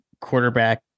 quarterback